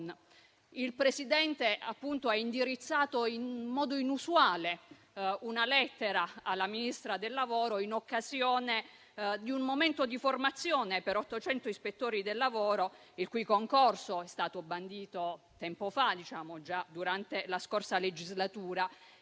Il presidente Mattarella, in modo inusuale, ha indirizzato una lettera alla Ministra del lavoro, in occasione di un momento di formazione per 800 ispettori del lavoro, il cui concorso è stato bandito tempo fa, già durante la scorsa legislatura,